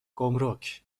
گمرک